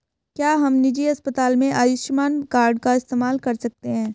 क्या हम निजी अस्पताल में आयुष्मान कार्ड का इस्तेमाल कर सकते हैं?